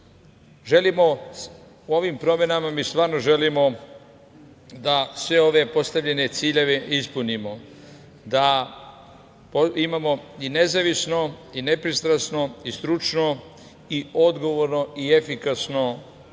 efikasnost. Ovim promenama mi stvarno želimo da sve ove postavljene ciljeve ispunimo, da imamo i nezavisno, i nepristrasno, i stručno, i odgovorno, i efikasno